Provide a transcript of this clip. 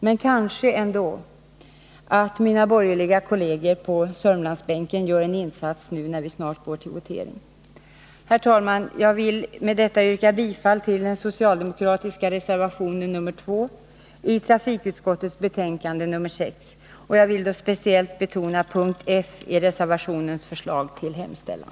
Men kanske mina borgerliga kolleger på Sörmlandsbänken ändå gör en insats när vi nu snart går till votering. Herr talman! Jag vill med detta yrka bifall till den socialdemokratiska reservationen nr 2 i trafikutskottets betänkande nr 6. Jag vill då speciellt betona punkt f i reservationens förslag till hemställan.